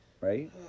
right